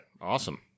awesome